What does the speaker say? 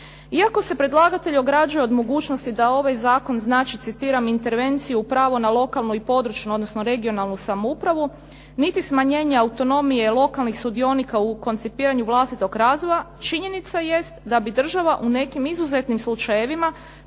Iako se predlagatelj ograđuje od mogućnosti da ovaj zakon znači, citiram: "intervenciju u pravo na lokalnu i područnu odnosno regionalnu samoupravu" niti smanjenje autonomije lokalnih sudionika u koncipiranju vlastitog razvoja činjenica jest da bi država u nekim izuzetnim slučajevima